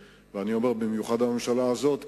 במיוחד לממשלה הזאת,